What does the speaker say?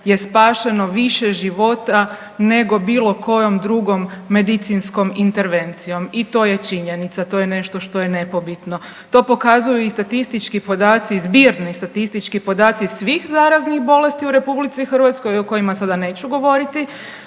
je spašeno više života, nego bilo kojom drugom medicinskom intervencijom i to je činjenica, to je nešto što je nepobitno. To pokazuju i statistički podaci, zbirni statistički podaci svih zaraznih bolesti u Republici Hrvatskoj o kojima sada neću govoriti,